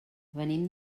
venim